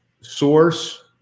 source